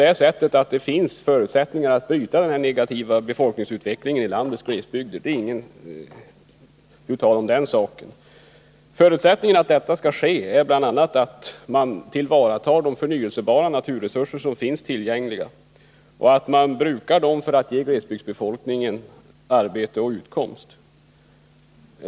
Det finns förutsättningar att bryta den negativa befolkningsutvecklingen i kommunernas glesbygdsområden — det är inte tu tal om den saken. Förutsättningarna för att detta skall ske är bl.a. att man tillvaratar de förnyelsebara naturresurser som är tillgängliga och brukar dem för att ge glesbygdsbefolkningen arbete och utkomst.